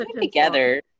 Together